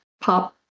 pop